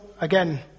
again